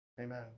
Amen